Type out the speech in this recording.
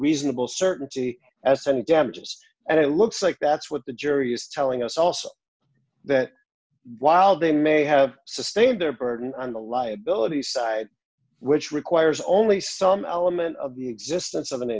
reasonable certainty as any damages and it looks like that's what the jury is telling us also that while they may have sustained their burden on the liability side which requires only some element of the existence of an